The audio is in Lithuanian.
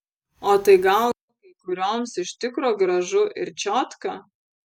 o tai gal kai kurioms iš tikro gražu ir čiotka